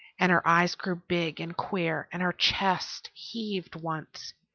and her eyes grew big and queer, and her chest heaved once.